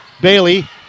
Bailey